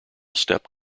steppe